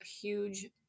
huge